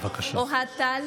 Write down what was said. אוהד טל,